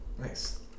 nice